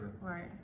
Right